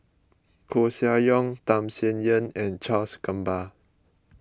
Koeh Sia Yong Tham Sien Yen and Charles Gamba